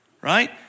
right